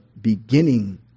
beginning